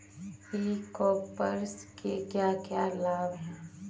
ई commerce के क्या क्या लाभ हैं?